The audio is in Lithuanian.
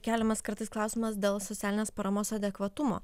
keliamas kartais klausimas dėl socialinės paramos adekvatumo